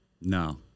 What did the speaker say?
No